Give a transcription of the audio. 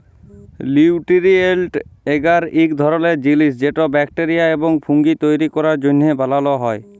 লিউটিরিয়েল্ট এগার ইক ধরলের জিলিস যেট ব্যাকটেরিয়া এবং ফুঙ্গি তৈরি ক্যরার জ্যনহে বালাল হ্যয়